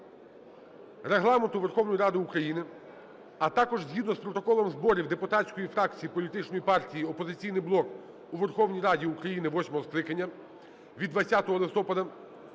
Регламенту Верховної Ради України, а також згідно з протоколом зборів депутатської фракції Політичної партії "Опозиційний блок" у Верховній Раді України восьмого скликання від 20 листопада